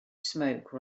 smoke